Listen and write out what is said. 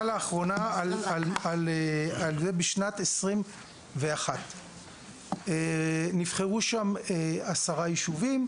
לאחרונה בשנת 2021, נבחרו שם עשרה יישובים,